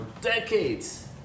decades